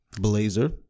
Blazer